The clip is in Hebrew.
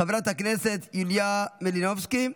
חברת הכנסת יוליה מלינובסקי,